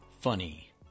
funny